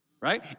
right